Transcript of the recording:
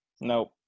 Nope